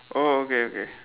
oh okay okay